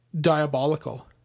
diabolical